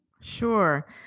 Sure